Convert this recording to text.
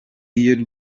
iyo